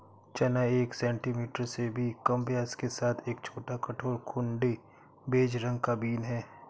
चना एक सेंटीमीटर से भी कम व्यास के साथ एक छोटा, कठोर, घुंडी, बेज रंग का बीन है